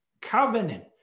covenant